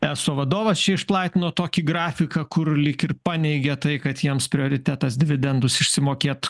eso vadovas čia išplatino tokį grafiką kur lyg ir paneigė tai kad jiems prioritetas dividendus išsimokėt